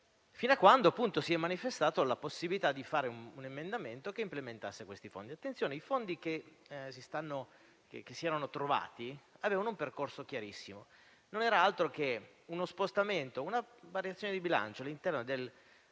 fino a quando, appunto, si è manifestata la possibilità di predisporre un emendamento che implementasse questi fondi. Attenzione: i fondi che si erano trovati avevano un percorso chiarissimo. Non erano altro che uno spostamento, una variazione di bilancio, all'interno del